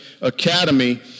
academy